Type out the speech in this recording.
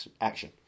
action